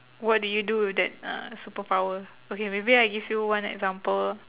what do you do with that uh superpower okay maybe I give you one example